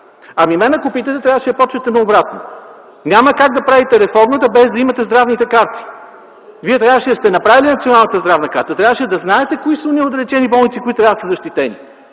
Мен ако питате, трябваше да започнете обратно. Няма как да правите реформата, без да имате здравните карти. Вие трябваше да сте направили Националната здравна карта, трябваше да знаете кои са онези отдалечени болници, които трябва да са защитени.